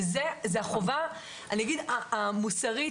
וזאת החובה המוסרית,